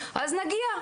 אז נגיע,